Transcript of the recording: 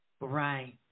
Right